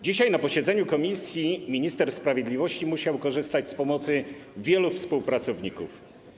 Dzisiaj, na posiedzeniu komisji minister sprawiedliwości musiał korzystać z pomocy wielu współpracowników.